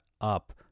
up